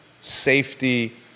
safety